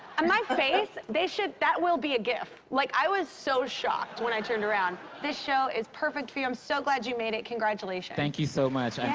and my face they should that will be a gif. like, i was so shocked when i turned around. this show is perfect for you. i'm so glad you made it. congratulations. thank you so much. i